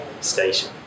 station